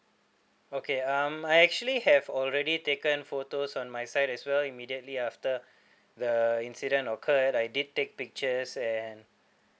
okay um I actually have already taken photos on my side as well immediately after the incident occurred and I did take pictures and